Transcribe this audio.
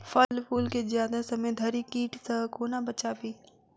फल फुल केँ जियादा समय धरि कीट सऽ कोना बचाबी?